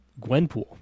Gwenpool